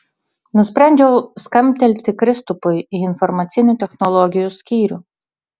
nusprendžiau skambtelti kristupui į informacinių technologijų skyrių